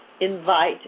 invite